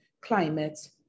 climate